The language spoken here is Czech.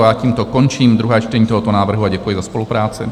Já tímto končím druhé čtení tohoto návrhu a děkuji za spolupráci.